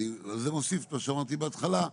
אני על זה מוסיף כמו שאמרתי בהתחלה,